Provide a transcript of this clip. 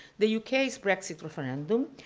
the u k s brexit referendum,